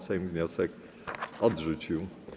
Sejm wniosek odrzucił.